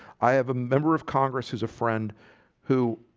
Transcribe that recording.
i have a member of congress. who's a friend who?